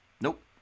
Nope